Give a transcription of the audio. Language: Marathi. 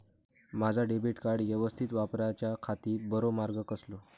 माजा डेबिट कार्ड यवस्तीत वापराच्याखाती बरो मार्ग कसलो?